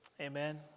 amen